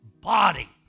body